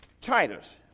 Titus